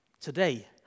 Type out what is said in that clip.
today